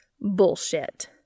Bullshit